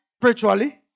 spiritually